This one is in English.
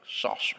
saucer